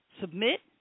Submit